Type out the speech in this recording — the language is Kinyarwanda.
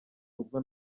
ubwo